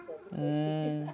mm